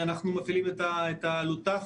אנחנו מפעילים את האלו"טפים.